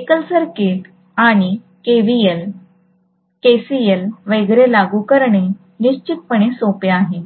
एकल सर्किट आणि KVL KCL वगैरे लागू करणे निश्चितपणे सोपे आहे